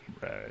right